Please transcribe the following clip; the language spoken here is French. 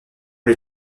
les